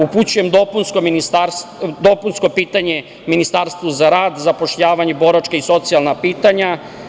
Upućujem dopunsko pitanje Ministarstvu za rad, zapošljavanje i boračka i socijalna pitanja.